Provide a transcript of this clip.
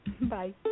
Bye